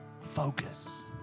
Focus